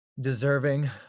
deserving